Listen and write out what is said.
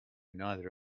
neither